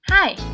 Hi